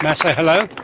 and say hello?